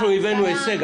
אנחנו הבאנו הישג.